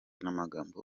n’amagambo